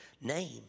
name